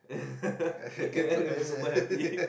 ya then he'll be super happy